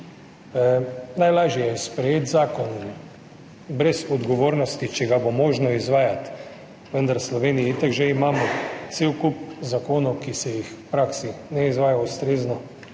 Najlažje je sprejeti zakon brez odgovornosti, če ga bo možno izvajati. Vendar v Sloveniji itak že imamo cel kup zakonov, ki se jih v praksi ne izvaja ustrezno.